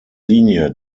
linie